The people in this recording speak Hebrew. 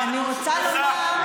אני רוצה לומר,